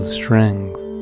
strength